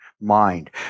mind